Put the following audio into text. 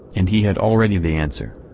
and he had already the answer.